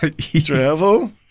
travel